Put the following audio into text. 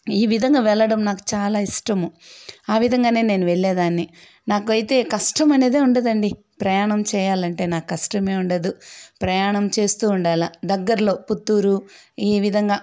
ఈ విధంగా వెళ్ళడం నాకు చాలా ఇష్టము ఆ విధంగానే నేను వెళ్ళేదాన్ని నాకైతే కష్టమనేదే ఉండదండి ప్రయాణం చేయాలంటే నాకు కష్టం ఉండదు ప్రయాణం చేస్తు ఉండాలి దగ్గరలో పుత్తూరు ఈ విధంగా